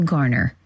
Garner